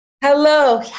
Hello